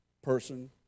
Person